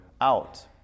out